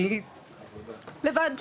אני לבד.